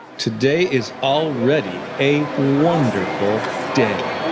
today is already a wonderful day.